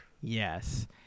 Yes